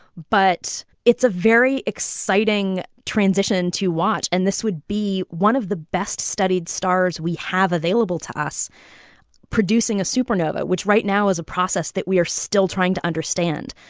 but it's a very exciting transition to watch. and this would be one of the best-studied stars we have available to us producing a supernova, which right now is a process that we are still trying to understand.